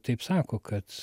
taip sako kad